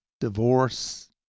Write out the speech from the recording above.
divorce